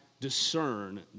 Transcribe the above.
discern